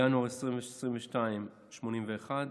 בינואר 2022, 81,